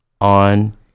on